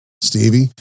Stevie